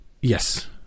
Yes